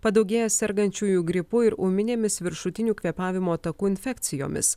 padaugėja sergančiųjų gripu ir ūminėmis viršutinių kvėpavimo takų infekcijomis